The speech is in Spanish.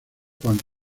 juan